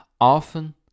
Often